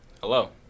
Hello